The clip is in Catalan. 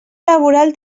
laboral